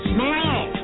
Smile